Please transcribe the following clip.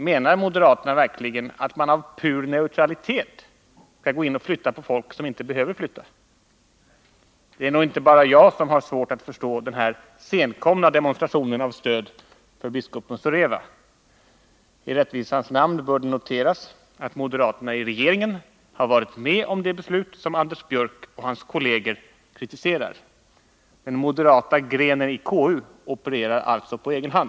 Menar moderaterna verkligen att man av pur neutralitet skall gå in och flytta på folk som inte behöver flyttas? Det är nog inte bara jag som har svårt att förstå den här senkomna stöddemonstrationen för biskop Muzorewa. I rättvisans namn bör det noteras att moderaterna i regeringen har varit med om det beslut som Anders Björck och hans kolleger kritiserar. Den moderata grenen i KU opererar alltså på egen hand.